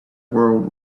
world